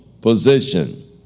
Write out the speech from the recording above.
position